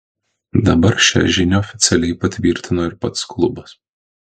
dabar šią žinią oficialiai patvirtino ir pats klubas